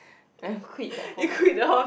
I quit that hobby